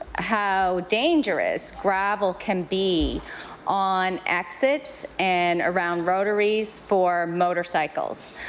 how dangerous gravel can be on exits and around rotaries for motorcycles.